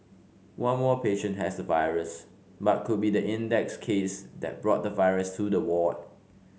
one more patient has the virus but could be the index case that brought the virus to the ward